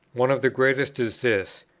one of the greatest is this,